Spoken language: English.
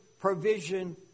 provision